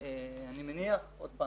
אני מניח שוב,